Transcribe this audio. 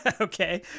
Okay